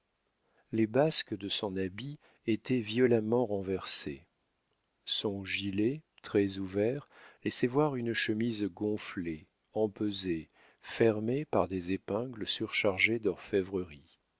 les basques de son habit étaient violemment renversées son gilet très ouvert laissait voir une chemise gonflée empesée fermée par des épingles surchargées d'orfévrerie